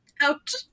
Ouch